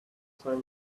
time